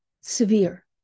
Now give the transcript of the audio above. severe